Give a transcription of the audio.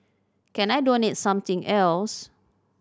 can I donate something else